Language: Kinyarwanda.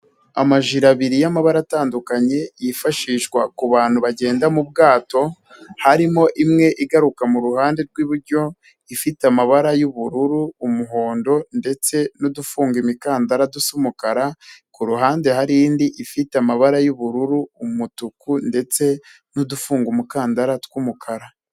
Amajiri abiri y'amabara atandukanye yifashishwa ku bantu bagenda mu bwato, harimo imwe igaruka muruhande rw'iburyo ifite amabara y'ubururu, umuhondo, ndetse n'udufunga imikandara dusa'umukara, kuruhande hari indi ifite amabara y'ubururu, umutuku, ndetse n'udufunga umukandara tw'umukara.